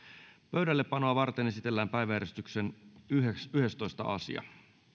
pöydällepanoa varten esitellään päiväjärjestyksen yhdestoista asia